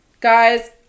Guys